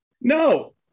No